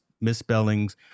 misspellings